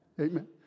Amen